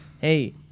Hey